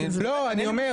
אני אומר,